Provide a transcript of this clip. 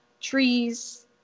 trees